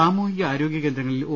സാമൂഹിക ആരോഗ്യ കേന്ദ്രങ്ങളിൽ ഒ